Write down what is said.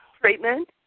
treatment